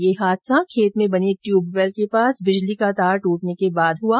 ये हादसा खेत में बने ट्यूबवेल के पास बिजली का तार टूटने के बाद हुआ